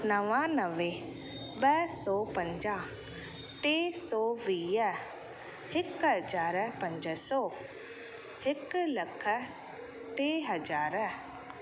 नवानवे ॿ सौ पंजाहु टे सौ वीह हिकु हज़ार पंज सौ हिकु लख टे हज़ार